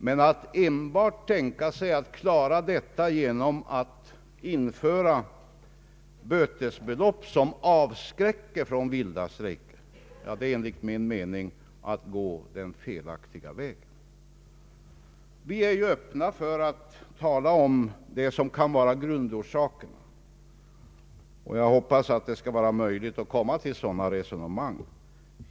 Men att enbart införa bötesbelopp som <:avskräcker från vilda strejker är enligt min mening att gå en felaktig väg. Vi är ju öppna för att tala om vad som kan vara grundorsakerna, och jag hoppas att det skall vara möjligt att få till stånd sådana resonemang.